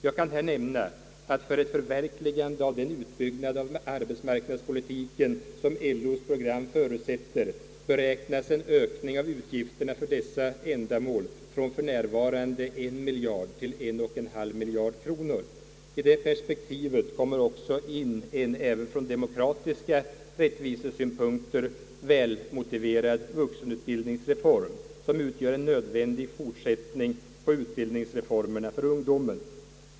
Jag kan här nämna att för ett förverkligande av den utbyggnad av arbetsmarknadspolitiken som LO:s program förutsätter beräknas en ökning av utgifterna för dessa ändamål från för närvarande en miljard till en och en halv miljard kronor. I detta perspektiv kommer också in en även från demokratiska rättvisesynpunkter välmotiverad vuxenutbildningsreform, som utgör en nödvändig fortsättning på utbildningsreformerna för ungdomen.